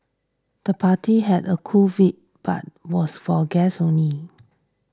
the party had a cool vibe but was for guests only